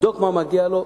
יבדוק מה מגיע לו,